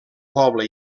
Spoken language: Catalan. poble